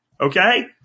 Okay